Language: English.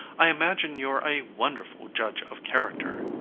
i imagine you're a wonderful judge of character.